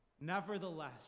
nevertheless